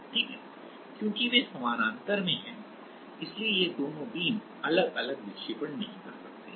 ठीक है चूंकि वे समानांतर में हैं इसलिए यह दोनों बीम अलग अलग विक्षेपण नहीं कर सकते हैं